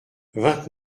vingt